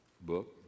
book